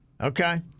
Okay